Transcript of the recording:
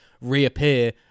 reappear